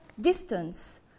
distance